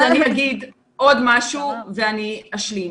אז אני אגיד עוד משהו ואני אשלים.